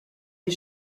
les